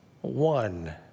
One